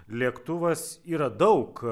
lėktuvas yra daug